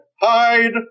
hide